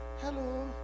hello